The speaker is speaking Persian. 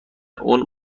اون